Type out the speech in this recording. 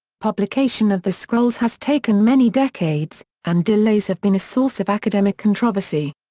publication of the scrolls has taken many decades, and delays have been a source of academic controversy.